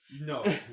No